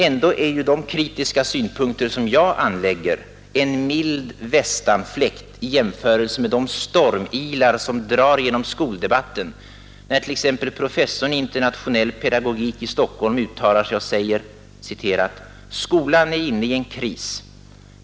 Ändå är ju de kritiska synpunkter som jag anlägger en mild västanfläkt i jämförelse med de stormilar som drar genom skoldebatten när t.ex. professorn i internationell pedagogik i Stockholm uttalar sig och säger: ”Skolan är inne i en kris.